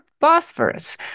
phosphorus